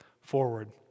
forward